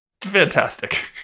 fantastic